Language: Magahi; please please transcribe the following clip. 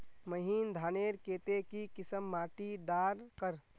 महीन धानेर केते की किसम माटी डार कर?